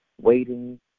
waiting